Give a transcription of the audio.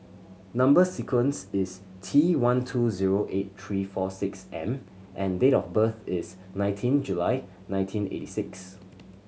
number sequence is T one two zero eight three four six M and date of birth is nineteen July nineteen eighty six